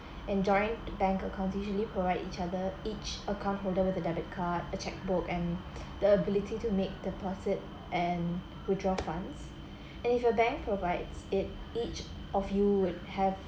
and joint bank accounts usually provide each other each account holder with a debit card a cheque book and the ability to make deposit and withdraw funds and if your bank provides it each of you would have